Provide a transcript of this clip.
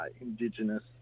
Indigenous